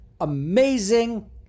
amazing